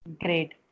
Great